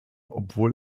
obwohl